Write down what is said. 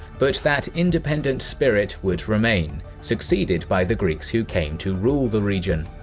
but that independent spirit would remain, succeeded by the greeks who came to rule the region.